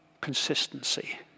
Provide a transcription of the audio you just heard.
consistency